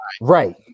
Right